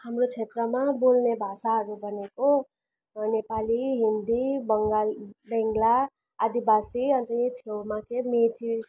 हाम्रो क्षेत्रमा बोल्ने भाषाहरू भनेको नेपाली हिन्दी बङ्गाली बङ्गला आदिवासी अन्त यहीँ छेउमा चाहिँ मेचे